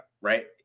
right